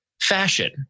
fashion